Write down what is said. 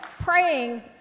praying